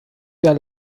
der